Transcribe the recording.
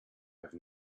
have